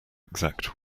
exact